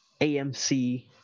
AMC